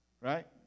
Right